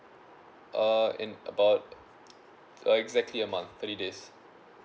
uh in about uh exactly a month three days